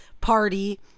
party